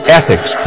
ethics